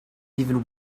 even